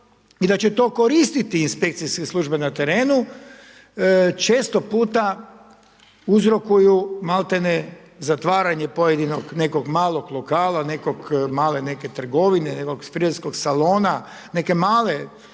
i da će to koristiti inspekcijske službe na terenu, često puta uzrokuju maltene zatvaranje pojedinog nekog malog lokala, neke male trgovine, nekog frizerskog salona, neke male,